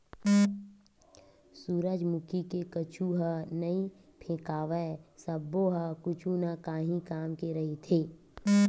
सूरजमुखी के कुछु ह नइ फेकावय सब्बो ह कुछु न काही काम के रहिथे